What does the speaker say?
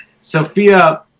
Sophia